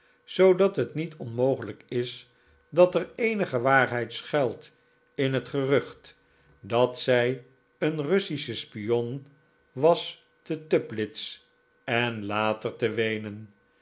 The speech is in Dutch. zoodat het niet onmogelijk is dat er eenige waarheid schuilt in het gerucht dat zij een russische spion was te toplitz en later te weenen